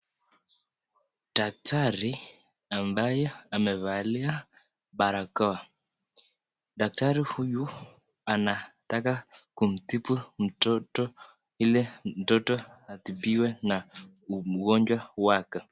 Daktari ambaye amevalia barakoa. Daktari huyu anataka kumtibu mtoto ili mtoto atibiwe na ugonjwa wake.